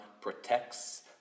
Protects